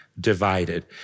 divided